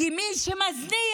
כי מי שמזניח,